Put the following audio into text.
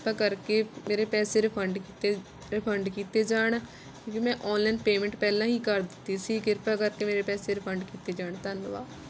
ਕਿਰਪਾ ਕਰਕੇ ਮੇਰੇ ਪੈਸੇ ਰਿਫੰਡ ਕੀਤੇ ਰਿਫੰਡ ਕੀਤੇ ਜਾਣ ਕਿਉਂਕਿ ਮੈਂ ਔਨਲਾਈਨ ਪੇਮੈਂਟ ਪਹਿਲਾਂ ਹੀ ਕਰ ਦਿੱਤੀ ਸੀ ਕਿਰਪਾ ਕਰਕੇ ਮੇਰੇ ਪੈਸੇ ਰਿਫੰਡ ਕੀਤੇ ਜਾਣ ਧੰਨਵਾਦ